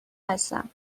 هستم